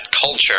culture